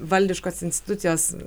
valdiškos institucijos